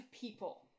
people